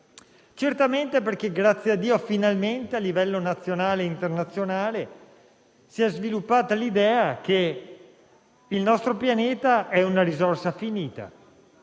Certamente perché, grazie a dio, finalmente, a livello nazionale e internazionale, si è sviluppata l'idea che il nostro pianeta è una risorsa finita